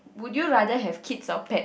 would you rather have kids or pets